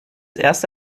erste